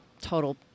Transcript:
total